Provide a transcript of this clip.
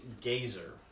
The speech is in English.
Gazer